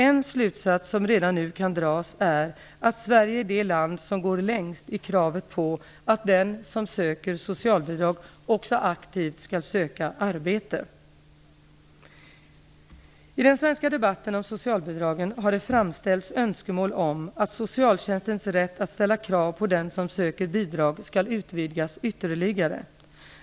En slutsats som redan nu kan dras är att Sverige är det land som går längst i kravet på att den som söker socialbidrag också aktivt skall söka arbete. I den svenska debatten om socialbidragen har det framställts önskemål om att socialtjänstens rätt att ställa krav på den som söker bidrag skall utvidgas ytterligare.